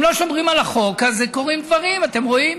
אם לא שומרים על החוק אז קורים דברים, אתם רואים.